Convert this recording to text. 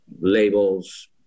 labels